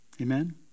Amen